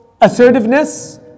assertiveness